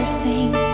sing